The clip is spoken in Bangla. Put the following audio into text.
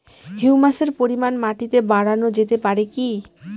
হিউমাসের পরিমান মাটিতে বারানো যেতে পারে কি?